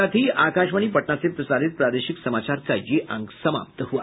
इसके साथ ही आकाशवाणी पटना से प्रसारित प्रादेशिक समाचार का ये अंक समाप्त हुआ